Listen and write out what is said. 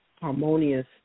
harmonious